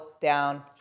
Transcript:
down